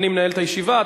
אני מנהל את הישיבה,